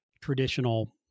traditional